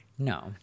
No